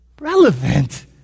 relevant